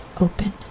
open